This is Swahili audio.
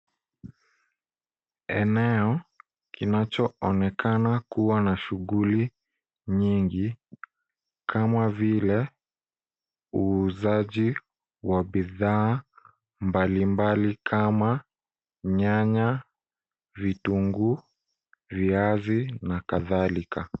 Eneo kinachoonekana kuwa na shughuli nyingi kama vile uuzaji wa bidhaa mbalimbali kama nyanya, vitunguu, viazi na kadhalika.